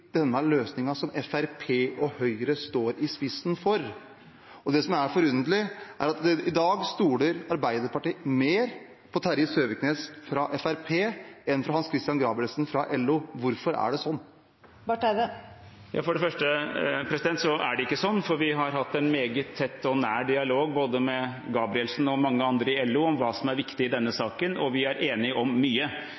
denne løsningen, som Fremskrittspartiet og Høyre står i spissen for! Det som er forunderlig, er at i dag stoler Arbeiderpartiet mer på Terje Søviknes fra Fremskrittspartiet enn på Hans-Christian Gabrielsen fra LO. Hvorfor er det sånn? For det første er det ikke sånn. Vi har hatt en meget tett og nær dialog både med Gabrielsen og med mange andre i LO om hva som er viktig i denne